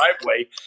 driveway